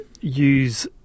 use